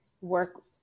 work